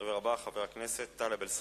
הדובר הבא, חבר הכנסת טלב אלסאנע.